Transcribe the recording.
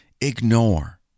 ignore